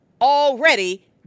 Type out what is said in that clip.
already